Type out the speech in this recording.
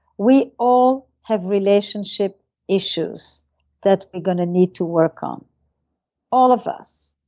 we all have relationship issues that we're going to need to work on all of us.